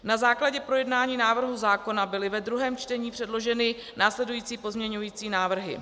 Na základě projednání návrhu zákona byly ve druhém čtení předloženy následující pozměňovací návrhy.